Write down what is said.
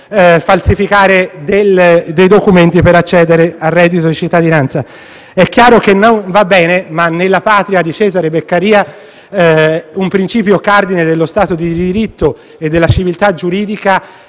falsificare i documenti per accedere al reddito cittadinanza. È chiaro che non va bene, ma nella Patria di Cesare Beccaria un principio cardine dello Stato di diritto e della civiltà giuridica